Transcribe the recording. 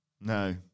No